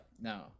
no